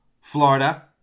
Florida